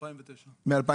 מ-2009.